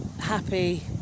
happy